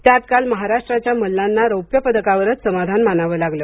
त्यात काल महाराष्ट्राच्या मल्लांना रौप्यपदकावरच समाधान मानावं लागलं